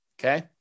Okay